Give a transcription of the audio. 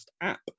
app